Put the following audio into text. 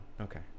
Okay